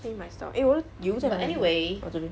clean my stomach eh 我的油在哪里 oh 这边